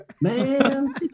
man